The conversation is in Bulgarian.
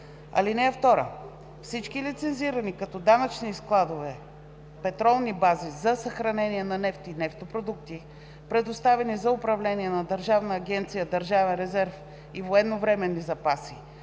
протокол. (2) Всички лицензирани като данъчни складове петролни бази за съхранение на нефт и нефтопродукти, предоставени за управление на Държавна агенция „Държавен резерв и военновременни запаси“,